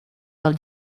del